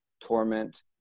torment